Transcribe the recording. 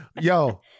yo